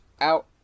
out